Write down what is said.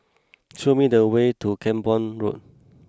show me the way to Camborne Road